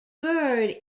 bird